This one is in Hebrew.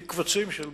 בקבצים של בתים,